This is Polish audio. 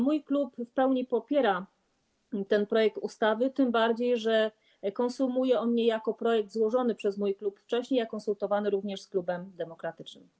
Mój klub w pełni popiera ten projekt ustawy, tym bardziej że konsumuje on niejako projekt złożony przez mój klub wcześniej, a konsultowany również z klubem demokratycznym.